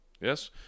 yes